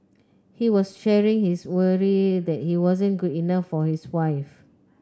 he was sharing his worry that he wasn't good enough for his wife